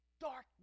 darkness